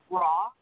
raw